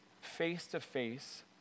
face-to-face